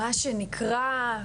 מה שנקרא,